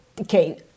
Okay